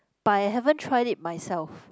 but I haven't tried it myself